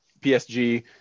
psg